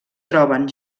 troben